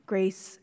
Grace